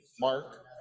Mark